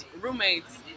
roommates